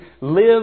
Live